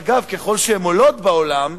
אגב, ככל שהן עולות בעולם